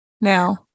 now